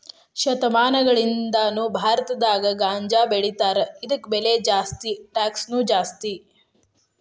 ಶತಮಾನಗಳಿಂದಾನು ಭಾರತದಾಗ ಗಾಂಜಾಬೆಳಿತಾರ ಇದಕ್ಕ ಬೆಲೆ ಜಾಸ್ತಿ ಟ್ಯಾಕ್ಸನು ಜಾಸ್ತಿ